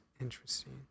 Interesting